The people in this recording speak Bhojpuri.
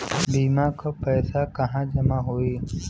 बीमा क पैसा कहाँ जमा होई?